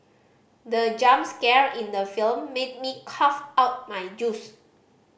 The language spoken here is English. the jump scare in the film made me cough out my juice